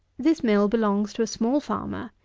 this mill belongs to a small farmer,